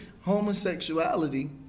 Homosexuality